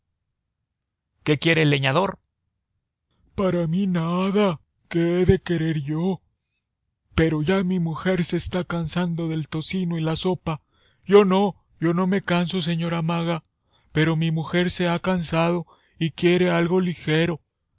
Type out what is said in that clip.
qué quiere el leñador para mí nada qué he de querer yo pero ya mi mujer se está cansando del tocino y la sopa yo no yo no me canso señora maga pero mi mujer se ha cansado y quiere algo ligero